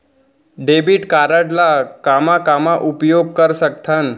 Debit card ला कामा कामा उपयोग कर सकथन?